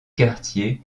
quartier